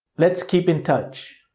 let's keep in touch.